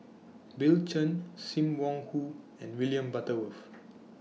Bill Chen SIM Wong Hoo and William Butterworth